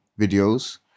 videos